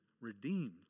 redeemed